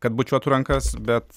kad bučiuotų rankas bet